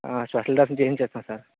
ఆ స్పెషల్ దర్శనం చేయిచేస్తాం సార్